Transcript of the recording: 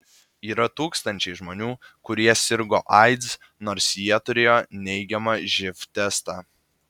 yra tūkstančiai žmonių kurie sirgo aids nors jie turėjo neigiamą živ testą